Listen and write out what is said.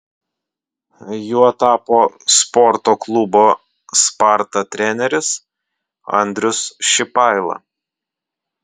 juo tapo sporto klubo sparta treneris andrius šipaila